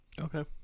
Okay